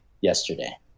yesterday